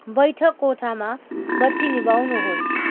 बैठक कोठामा बत्ती निभाउनुहोस्